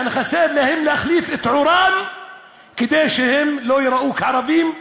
יעני חסר להם להחליף את עורם כדי שהם לא ייראו כערבים.